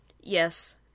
Yes